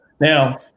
now